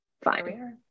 fine